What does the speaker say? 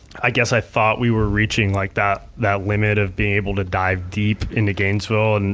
i guess i thought we were reaching like that that limit of being able to dive deep into gainesville, and